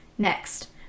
next